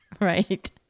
right